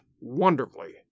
wonderfully